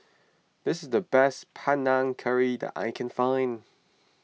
this is the best Panang Curry that I can find